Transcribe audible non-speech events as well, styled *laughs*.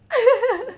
*laughs*